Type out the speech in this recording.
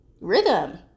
rhythm